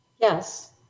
Yes